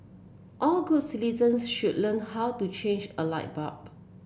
all good citizens should learn how to change a light bulb